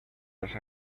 las